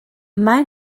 mae